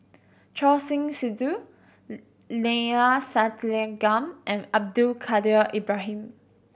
Choor Singh Sidhu Neila Sathyalingam and Abdul Kadir Ibrahim